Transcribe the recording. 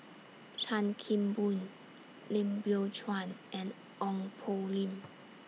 Chan Kim Boon Lim Biow Chuan and Ong Poh Lim